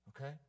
Okay